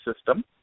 system